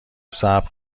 صبر